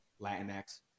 Latinx